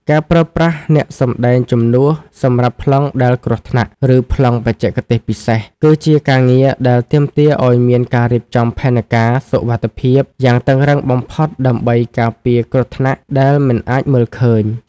ការប្រើប្រាស់អ្នកសម្ដែងជំនួសសម្រាប់ប្លង់ដែលគ្រោះថ្នាក់ ឬប្លង់បច្ចេកទេសពិសេស គឺជាការងារដែលទាមទារឱ្យមានការរៀបចំផែនការសុវត្ថិភាពយ៉ាងតឹងរ៉ឹងបំផុតដើម្បីការពារគ្រោះថ្នាក់ដែលមិនអាចមើលឃើញ។